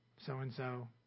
so-and-so